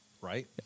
Right